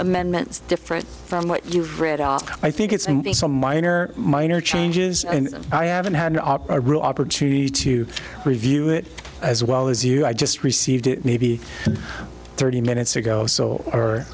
amendments different from what you've read i think it's an be some minor minor changes and i haven't had a real opportunity to review it as well as you i just received it maybe thirty minutes ago so or